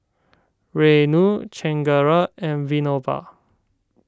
Renu Chengara and Vinoba